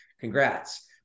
Congrats